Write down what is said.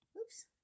Oops